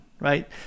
right